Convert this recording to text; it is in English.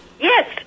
Yes